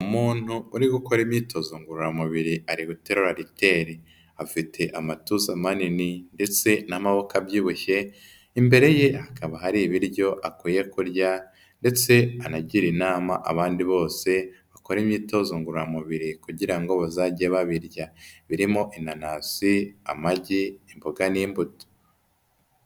Umuntu uri gukora imyitozo ngororamubiri ariteri, afite amatuza manini ndetse n'amaboko abyibushye, imbere ye akaba hari ibiryo akwiye kurya ndetse anagira inama abandi bose bakora imyitozo ngororamubiri kugira ngo bazajye babirya, birimo inanasi, amagi, imboga n'imbuto.